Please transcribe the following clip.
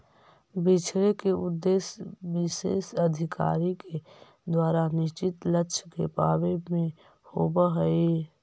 बिछड़े के उद्देश्य विशेष अधिकारी के द्वारा निश्चित लक्ष्य के पावे में होवऽ हई